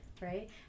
right